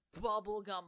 bubblegum